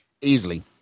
easily